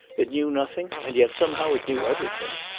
it knew nothing, and yet somehow it knew everything.